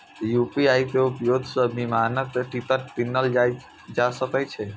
UPI के उपयोग सं विमानक टिकट कीनल जा सकैए